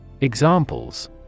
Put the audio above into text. Examples